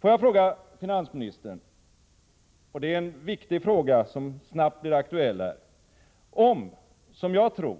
Får jag fråga finansministern — det är en viktig fråga, som snabbt blir aktuell: Om, som jag tror,